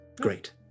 Great